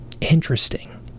Interesting